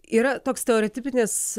yra toks stereotipinis